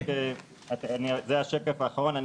זה השקף האחרון.